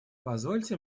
позвольте